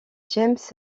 james